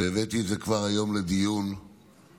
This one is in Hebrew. והבאתי את זה כבר היום לדיון ולהצבעה.